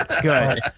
good